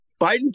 Biden